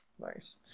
nice